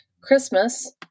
Christmas